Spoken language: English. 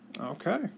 Okay